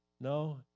No